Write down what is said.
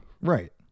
Right